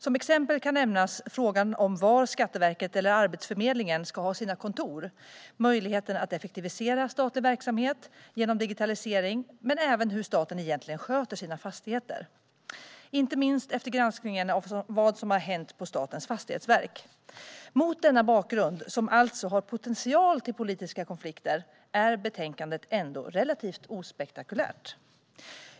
Som exempel kan nämnas frågan om var Skatteverket eller Arbetsförmedlingen ska ha sina kontor, möjligheten att effektivisera statlig verksamhet genom digitalisering och hur staten egentligen sköter sina fastigheter, inte minst efter granskningen av vad som har hänt på Statens fastighetsverk. Mot denna bakgrund, som alltså har potential till politiska konflikter, är betänkandet ändå relativt ospektakulärt.